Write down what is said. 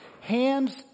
Hands